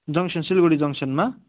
junction Silgadhi जङ्गसनमा